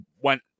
went